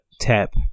tap